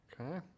Okay